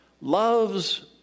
loves